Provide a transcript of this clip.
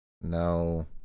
No